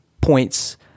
points